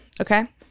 okay